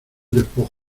despojo